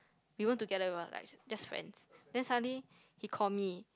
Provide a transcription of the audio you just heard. we weren't together we were like just friends then suddenly he call me